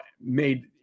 made